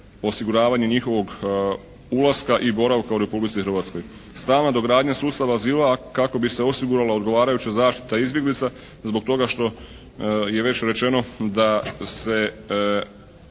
osiguravanje njihovog ulaska i boravka u Republici Hrvatskoj. Sva nadogradnja sustava azila kako bi se osigurala odgovarajuća zaštita izbjeglica zbog toga što je već rečeno da se